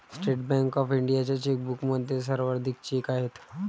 state bank of इंडियाच्या चेकबुकमध्ये सर्वाधिक चेक आहेत